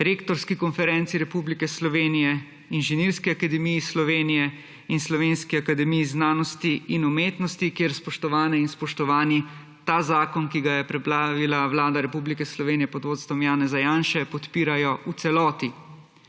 Rektorski konferenci Slovenije, Inženirski akademiji Slovenije in Slovenski akademiji znanosti in umetnosti kjer, spoštovane in spoštovani, ta zakon, ki ga je pripravila Vlada Republike Slovenije pod vodstvom Janeza Janše, podpirajo v celoti.